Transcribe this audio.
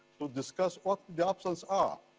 to discuss what the options ah